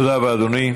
תודה רבה, אדוני.